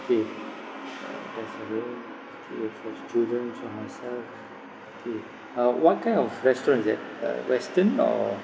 K uh restaurant K for children for myself K uh what kind of restaurant is that uh western or